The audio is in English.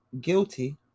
guilty